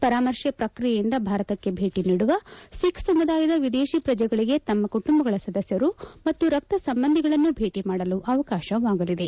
ಪರಾಮರ್ಶೆ ಪ್ರಕ್ರಿಯೆಯಿಂದ ಭಾರತಕ್ಕೆ ಭೇಟಿ ನೀಡುವ ಸಿಖ್ ಸಮುದಾಯದ ವಿದೇಶಿ ಪ್ರಜೆಗಳಗೆ ತಮ್ಮ ಕುಟುಂಬಗಳ ಸದಸ್ಯರು ಮತ್ತು ರಕ್ತ ಸಂಬಂಧಿಗಳನ್ನು ಭೇಟಿ ಮಾಡಲು ಅವಕಾಶವಾಗಲಿದೆ